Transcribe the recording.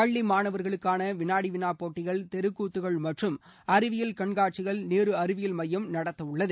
பள்ளி மாணவர்களுக்கான வினாடி வினா போட்டிகள் தெருக்கூத்துகள் மற்றும் அறிவியல் கண்காட்சிகள் நேரு அறிவியல் மையம் நடத்தவுள்ளது